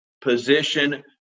position